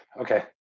Okay